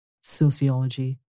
sociology